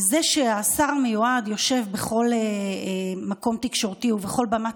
השר המיועד יושב בכל מקום תקשורתי ובכל במה